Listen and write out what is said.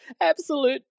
absolute